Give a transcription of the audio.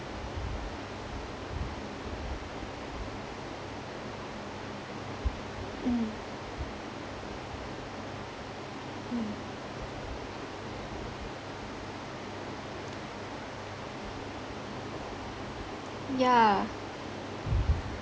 mm mm yeah